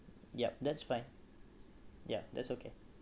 yup that's fine yup that's okay